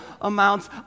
amounts